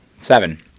Seven